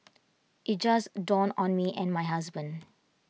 IT just dawned on me and my husband